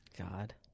God